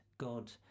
god